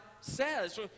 says